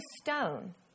stone